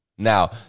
Now